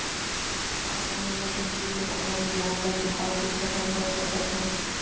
का समय ले पहिली में अपन लोन ला चुका के खतम कर सकत हव?